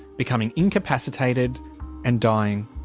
becoming incapacitated and dying.